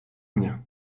mnie